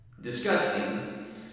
Disgusting